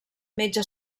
metge